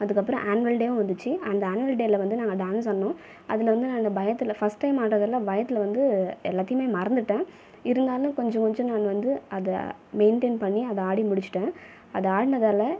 அதுக்கப்புறம் ஏனுவல் டேயும் வந்துச்சு அந்த ஏனுவல் டேயில் வந்து நாங்கள் டான்ஸ் ஆடினோம் அதில் வந்து பயத்தில் ஃபர்ஸ்ட் டைம் ஆடினதாலே பயத்தில் வந்து எல்லாத்தையுமே மறந்துவிட்டேன் இருந்தாலும் கொஞ்சம் கொஞ்சம் வந்து அதை மெயின்டெயின் பண்ணி அதை ஆடி முடிச்சுட்டேன் அது ஆடினதால